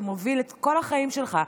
שמוביל את כל החיים שלך,